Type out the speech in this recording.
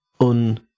un-